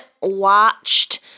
watched